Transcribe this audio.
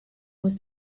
was